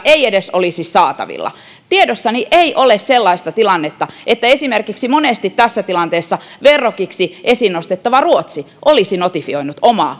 edes olisi saatavilla tiedossani ei ole sellaista tilannetta että esimerkiksi monesti tässä tilanteessa verrokiksi esiin nostettu ruotsi olisi notifioinut omaa